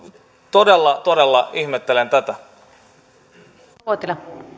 todella todella ihmettelen tätä